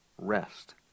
rest